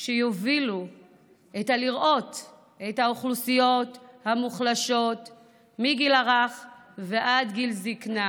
שיובילו בלראות את האוכלוסיות המוחלשות מהגיל הרך ועד גיל זקנה.